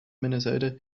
minnesota